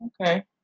Okay